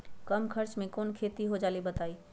कम खर्च म कौन खेती हो जलई बताई?